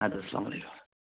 آد حظ السلام علیکُم